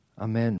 Amen